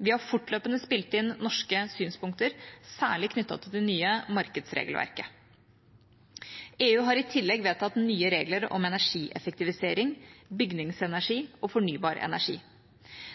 Vi har fortløpende spilt inn norske synspunkter, særlig knyttet til det nye markedsregelverket. EU har i tillegg vedtatt nye regler om energieffektivisering, bygningsenergi og fornybar energi.